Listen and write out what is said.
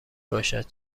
باشد